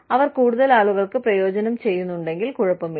അവർ കൂടുതൽ ആളുകൾക്ക് പ്രയോജനം ചെയ്യുന്നുണ്ടെങ്കിൽ കുഴപ്പമില്ല